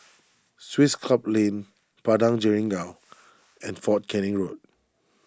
Swiss Club Lane Padang Jeringau and fort Canning Road